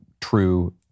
true